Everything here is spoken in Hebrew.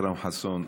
אכרם חסון,